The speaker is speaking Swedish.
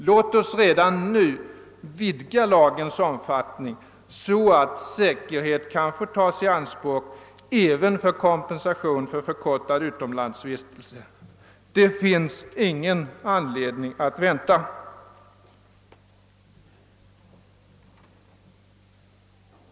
Låt oss redan nu vidga lagens omfattning, så att säkerhet kan få tas i anspråk även för kompensation för förkortad utomlandsvistelse! Det finns ingen orsak att vänta med denna sak.